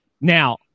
Now